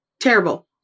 terrible